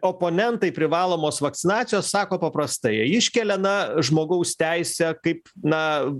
oponentai privalomos vakcinacijos sako paprastai jie iškelia na žmogaus teisę kaip na